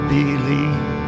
believe